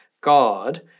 God